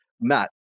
Matt